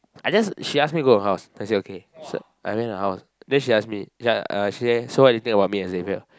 I just she ask me go her house then I say okay so I went her house then she ask me ya uh she say so what do you think about me and Xavier